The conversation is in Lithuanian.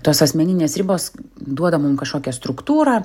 tos asmeninės ribos duoda mum kažkokią struktūrą